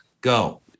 go